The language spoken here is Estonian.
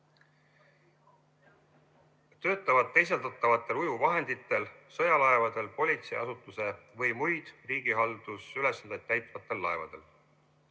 töötavad teisaldatavatel ujuvvahenditel, sõjalaevadel, politseiasutuse või muid riigihaldusülesandeid täitvatel laevadel.